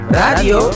radio